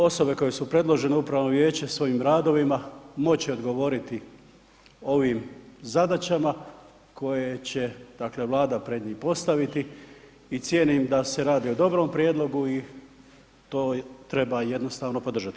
Osobe koje su predložene u upravno vijeće svojim radovima moći će odgovoriti ovim zadaćama koje će Vlada pred njih postaviti i cijenim da se radi o dobrom prijedlogu i to treba jednostavno podržati.